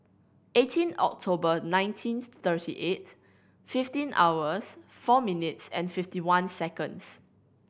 eighteen October nineteen thirty eight fifteen hours four minutes fifty one seconds